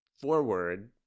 forward